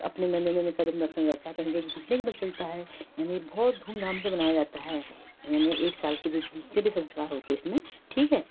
अपने नन्हे नन्हे कदम रखने लगता है कहीं कहीं घुटने के बल चलता है यानी बौहौत धूम धाम से मनाया जाता है यानी एक साल के जो जितने भी संस्कार होते हैं इसमें ठीक है